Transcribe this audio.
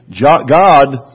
God